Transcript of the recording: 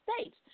States